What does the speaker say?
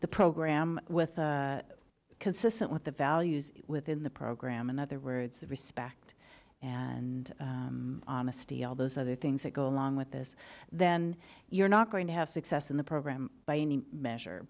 the program with a consistent with the values within the program in other words respect and honesty all those other things that go along with this then you're not going to have success in the program by any measure